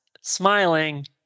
smiling